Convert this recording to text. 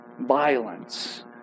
violence